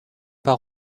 pas